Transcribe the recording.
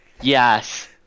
Yes